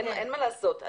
אין מה לעשות.